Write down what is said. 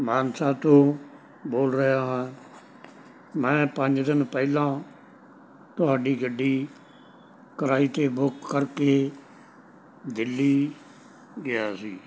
ਮਾਨਸਾ ਤੋਂ ਬੋਲ ਰਿਹਾ ਹਾਂ ਮੈਂ ਪੰਜ ਦਿਨ ਪਹਿਲਾਂ ਤੁਹਾਡੀ ਗੱਡੀ ਕਿਰਾਏ 'ਤੇ ਬੁੱਕ ਕਰਕੇ ਦਿੱਲੀ ਗਿਆ ਸੀ